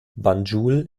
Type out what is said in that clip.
banjul